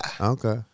Okay